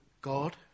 God